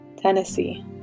Tennessee